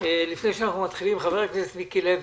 לפני שאנחנו מתחילים, חבר הכנסת מיקי לוי,